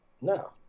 No